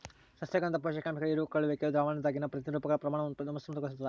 ಸಸ್ಯಗಳಿಂದ ಪೋಷಕಾಂಶಗಳ ಹೀರಿಕೊಳ್ಳುವಿಕೆಯು ದ್ರಾವಣದಾಗಿನ ಪ್ರತಿರೂಪಗಳ ಪ್ರಮಾಣವನ್ನು ಅಸಮತೋಲನಗೊಳಿಸ್ತದ